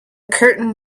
curtain